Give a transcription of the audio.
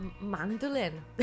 mandolin